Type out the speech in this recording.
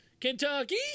Kentucky